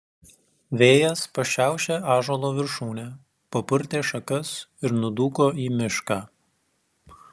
vėjas pašiaušė ąžuolo viršūnę papurtė šakas ir nudūko į mišką